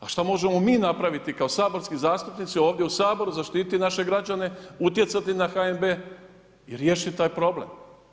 A šta možemo mi napraviti kao saborski zastupnici ovdje u Saboru zaštiti naše građane, utjecati na HNB i riješiti taj problem.